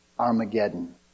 Armageddon